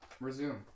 Resume